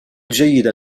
جيدا